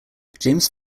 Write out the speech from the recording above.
james